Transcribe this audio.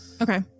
Okay